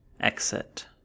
Exit